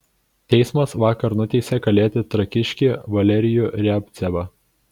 teismas vakar nuteisė kalėti trakiškį valerijų riabcevą